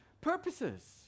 purposes